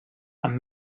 amb